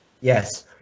Yes